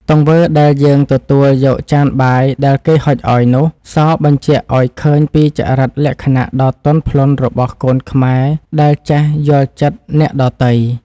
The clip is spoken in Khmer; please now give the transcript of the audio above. ទង្វើដែលយើងទទួលយកចានបាយដែលគេហុចឱ្យនោះ សបញ្ជាក់ឱ្យឃើញពីចរិតលក្ខណៈដ៏ទន់ភ្លន់របស់កូនខ្មែរដែលចេះយល់ចិត្តអ្នកដទៃ។